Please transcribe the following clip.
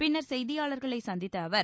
பின்னர் செய்தியாளர்களைச் சந்தித்த அவர்